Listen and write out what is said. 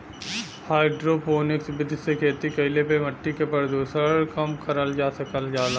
hydroponics विधि से खेती कईले पे मट्टी के प्रदूषण कम करल जा सकल जाला